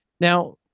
Now